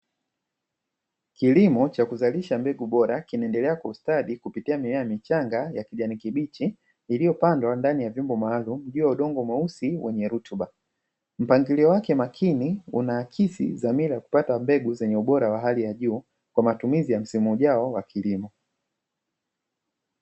Kilimo cha kuzalisha mbegu bora, kinaendelea kustadi kupitia mimes michanga ya kijani kibichi, iliyopandwa ndani ya vyombo maalumu juu ya udongo mweusi wenye rutuba, mpangilio wake makini unaakisi dhamira ya kupata mbegu zenye ubora wa hali ya juu kwa matumizi ya msimu ujao wa kilimo.